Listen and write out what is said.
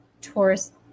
tourist